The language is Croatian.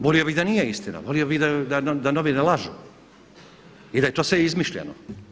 Volio bih da nije istina, volio bih da novine lažu i da je to sve izmišljeno.